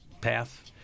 path